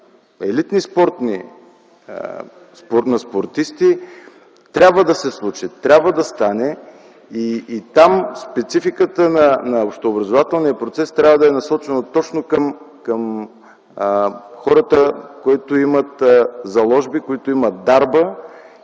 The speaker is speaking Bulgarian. елитни спортисти трябва да се случи, трябва да стане. Там спецификата на общообразователния процес трябва да е насочена точно към хората, които имат заложби, които имат дарба,